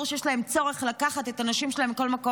שיש להם צורך לקחת את הנשים שלהם לכל מקום.